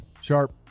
Sharp